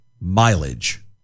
mileage